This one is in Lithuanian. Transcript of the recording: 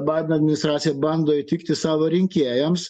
baideno administracija bando įtikti savo rinkėjams